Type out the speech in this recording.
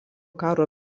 karo